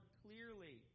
clearly